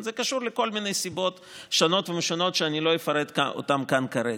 זה קשור לסיבות שונות ומשונות שאני לא אפרט אותן כאן כרגע.